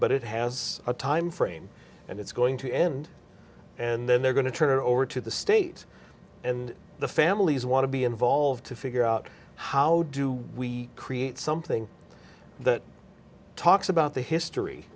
but it has a time frame and it's going to end and then they're going to turn it over to the state and the families want to be involved to figure out how do we create something that talks about the history